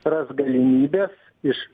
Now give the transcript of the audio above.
ras galimybes iš